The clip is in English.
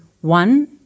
one